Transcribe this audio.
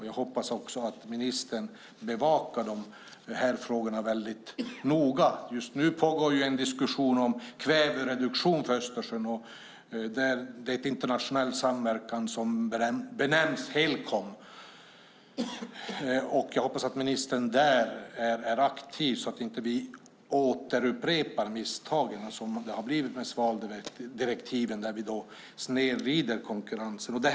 Jag hoppas också att ministern bevakar de här frågorna väldigt noga. Just nu pågår en diskussion om kvävereduktion för Östersjön. Det är en internationell samverkan som benämns Helcom. Jag hoppas att ministern där är aktiv så att vi inte återupprepar misstagen med svaveldirektiven, där konkurrensen nu snedvrids.